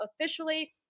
officially